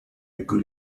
could